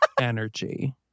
energy